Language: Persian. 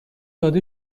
داده